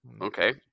Okay